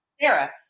Sarah